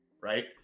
right